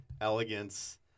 Elegance